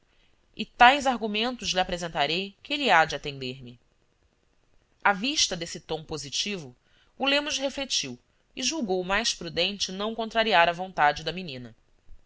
e tais argumentos lhe apresentarei que ele há de atender me à vista desse tom positivo o lemos refletiu e julgou mais prudente não contrariar a vontade da menina